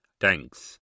Thanks